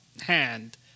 hand